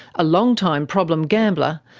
a long-time problem gambler,